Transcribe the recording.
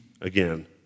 again